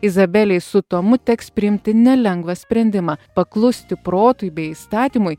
izabelei su tomu teks priimti nelengvą sprendimą paklusti protui bei įstatymui